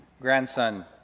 grandson